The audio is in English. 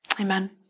amen